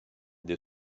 dei